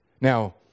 Now